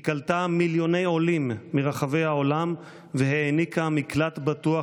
היא קלטה מיליוני עולים מרחבי העולם והעניקה מקלט בטוח